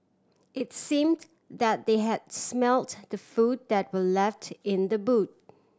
it's seemed that they had smelt the food that were left in the boot